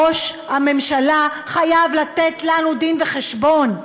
ראש הממשלה חייב לתת לנו דין-וחשבון.